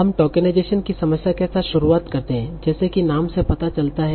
हम टोकनाइजेशन की समस्या के साथ शुरुआत करेंगे जैसा कि नाम से पता चलता है